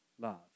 love